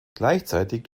gleichzeitig